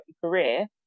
career